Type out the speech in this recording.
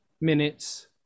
minutes